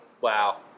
Wow